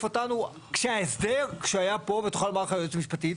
אותנו כשההסדר כשהיה פה --- היועץ המשפטי,